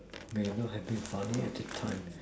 may not happy you funny at this time